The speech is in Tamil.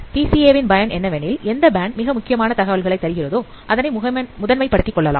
பிசிஏ வின் பயன் என்னவெனில் எந்த பேண்ட் மிக முக்கியமான தகவல்களை தருகிறதோ அதனை முதன்மைப் படுத்திக்கொள்ளலாம்